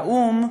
האו"ם,